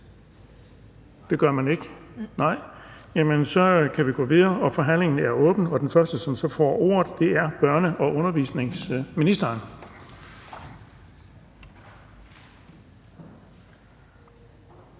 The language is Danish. Det gør man ikke. Så kan vi gå videre. Forhandlingen er åbnet, og den første, som så får ordet, er børne- og undervisningsministeren.